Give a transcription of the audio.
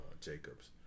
Jacobs